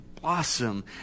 blossom